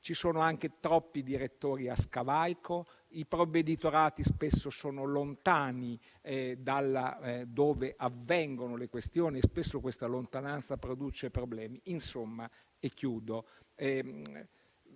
Ci sono anche troppi direttori a scavalco, spesso i provveditorati sono lontani da dove avvengono le questioni e spesso la lontananza produce problemi. Insomma, in